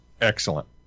Excellent